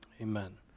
Amen